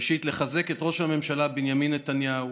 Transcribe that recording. ראשית, לחזק את ראש הממשלה בנימין נתניהו,